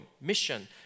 mission